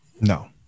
No